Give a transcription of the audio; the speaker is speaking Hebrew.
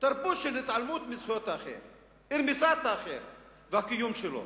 והתעלמות מזכויות האחר ורמיסת האחר והקיום שלו.